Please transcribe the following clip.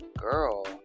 girl